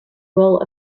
role